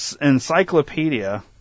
Encyclopedia